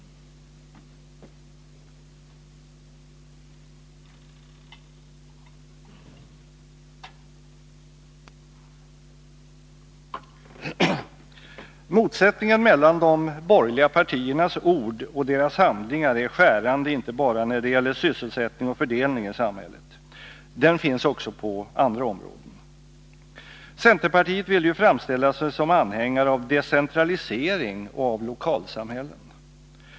Motsättningen mellan de borgerliga partiernas ord och deras handlingar är skärande inte bara när det gäller sysselsättning och fördelning i samhället. Den finns också på andra områden. Centerpartiet vill ju framställa sig som anhängare av decentralisering och av lokalsamhällen.